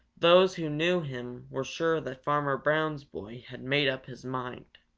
those who knew him were sure that farmer brown's boy had made up his mind.